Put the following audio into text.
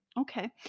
Okay